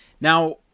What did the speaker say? Now